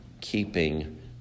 keeping